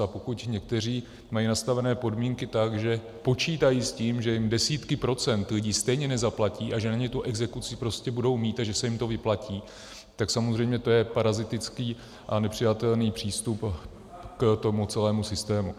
A pokud někteří mají nastavené podmínky tak, že počítají s tím, že jim desítky procent lidí stejně nezaplatí a že na ně tu exekuci prostě budou mít a že se jim to vyplatí, tak samozřejmě to je parazitický a nepřijatelný přístup k celému systému.